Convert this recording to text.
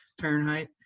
fahrenheit